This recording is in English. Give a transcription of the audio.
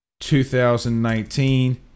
2019